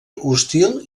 hostil